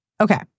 Okay